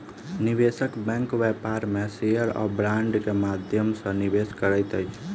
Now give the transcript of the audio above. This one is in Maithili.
निवेशक बैंक व्यापार में शेयर आ बांड के माध्यम सॅ निवेश करैत अछि